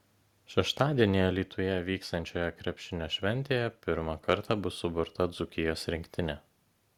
šeštadienį alytuje vyksiančioje krepšinio šventėje pirmą kartą bus suburta dzūkijos rinktinė